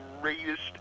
greatest